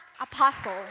Apostle